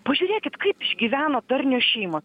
pažiūrėkit kaip išgyveno darnios šeimos